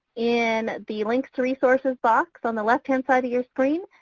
in the links to resources box on the left-hand side of your screen,